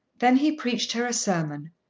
then he preached her a sermon,